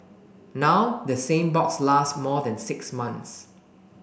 now the same box lasts more than six months